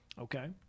Okay